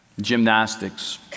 gymnastics